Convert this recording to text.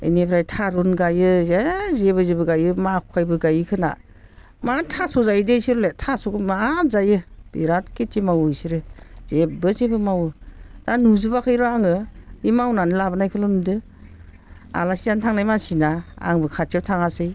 बेनिफ्राय थारुन गायो जे जेबो जेबो गायो माखयबो गायोखोमा मार थास' जायो दे बिसोरो थास'खौ मार जायो बिरात खेति मावो बिसोरो जेबो जेबो मावो दा नुजोबाखैर' आङो बे मावनानै लाबोनायखौल' नुदों आलासि जानो थांनाय मानसिना आंबो खाथियाव थाङासै